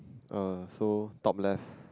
err so top left